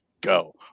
go